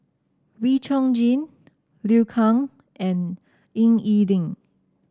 Wee Chong Jin Liu Kang and Ying E Ding